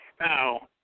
Now